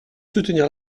soutenir